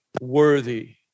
worthy